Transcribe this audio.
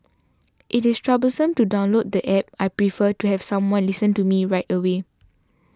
it is troublesome to download the App I prefer to have someone listen to me right away